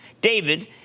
David